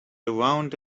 around